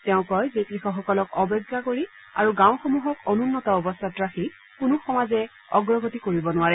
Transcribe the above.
তেওঁ কয় যে কৃষকসকলক অবজ্ঞা কৰি আৰু গাঁৱসমূহক অনুন্নত অৱস্থাত ৰাখি কোনো সমাজে অগ্ৰগতি কৰিব নোৱাৰে